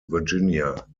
virginia